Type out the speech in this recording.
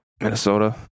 Minnesota